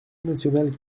nationale